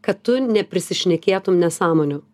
kad tu neprisišnekėtum nesąmonių